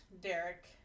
Derek